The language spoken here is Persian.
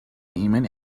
ایمن